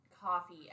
coffee